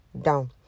down